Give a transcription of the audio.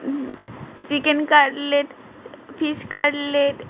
chicken cutlet fish cutlet